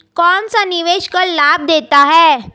कौनसा निवेश कर लाभ देता है?